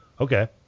Okay